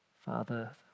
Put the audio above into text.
Father